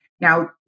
Now